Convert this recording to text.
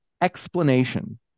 explanation